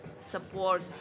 support